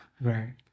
Right